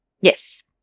Yes